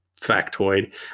factoid